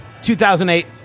2008